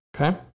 Okay